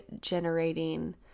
generating